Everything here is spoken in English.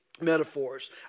Metaphors